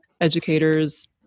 educators